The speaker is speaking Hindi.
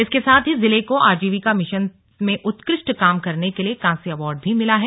इसके साथ ही जिले को आजीविका मिशन मे उत्कृष्ट काम करने के लिये कांस्य अवॉर्ड भी मिला है